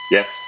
Yes